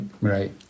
Right